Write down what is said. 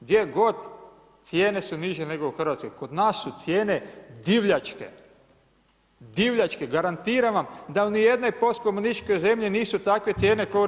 Gdje god, cijene su niže nego u Hrvatskoj, kod nas su cijene divljačke, divljačke, garantiram vam da ni u jednoj postkomunističkoj zemlji nisu takve cijene ko u RH.